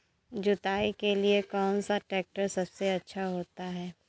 जुताई के लिए कौन सा ट्रैक्टर सबसे अच्छा होता है?